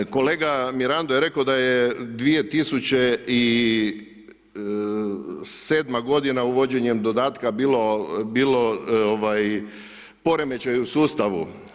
Kolega Mirando je rekao da je 2007. godina uvođenjem dodataka bio poremećaj u sustavu.